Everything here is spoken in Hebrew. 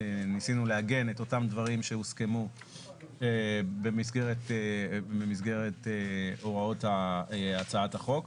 ניסינו לעגן את אותם דברים שהוסכמו במסגרת הוראות הצעת החוק.